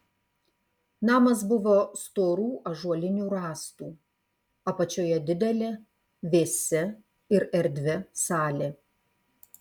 namas buvo storų ąžuolinių rąstų apačioje didelė vėsi ir erdvi salė